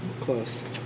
Close